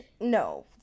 No